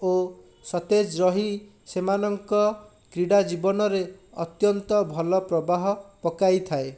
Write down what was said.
ଓ ସତେଜ ରହି ସେମାନଙ୍କ କ୍ରିଡ଼ା ଜୀବନରେ ଅତ୍ୟନ୍ତ ଭଲ ପ୍ରବାହ ପକାଇଥାଏ